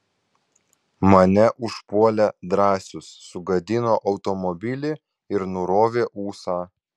mane užpuolė drąsius sugadino automobilį ir nurovė ūsą